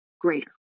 greater